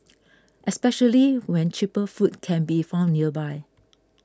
especially when cheaper food can be found nearby